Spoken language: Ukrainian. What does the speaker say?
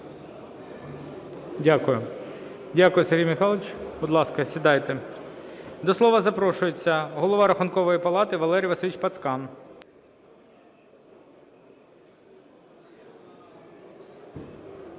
Дякую. Дякую, Сергій Михайлович, будь ласка, сідайте. До слова запрошується Голова Рахункової палати Валерій Васильович Пацкан.